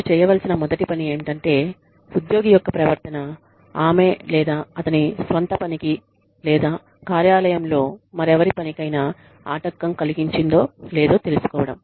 మీరు చేయవలసిన మొదటి పని ఏమిటంటే ఉద్యోగి యొక్క ప్రవర్తన ఆమె లేదా అతని స్వంత పనికి లేదా కార్యాలయంలో మరెవరి పనికైనా ఆటంకం కలిగించిందో లేదో తెలుసుకోవడం